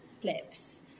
clips